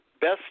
best